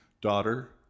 daughter